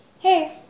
Hey